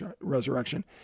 resurrection